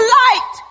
light